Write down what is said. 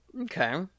Okay